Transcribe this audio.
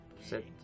set